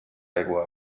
aigua